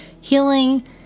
healing